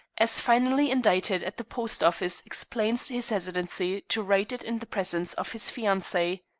as finally indited at the post-office, explains his hesitancy to write it in the presence of his fiancee.